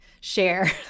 share